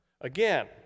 Again